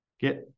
get